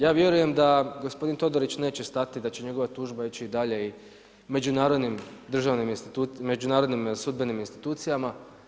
Ja vjerujem da gospodin Todorić neće stati, da će njegova tužba ići i dalje i međunarodnim sudbenim institucijama.